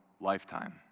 lifetime